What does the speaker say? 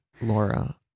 Laura